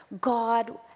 God